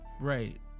Right